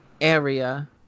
area